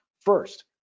first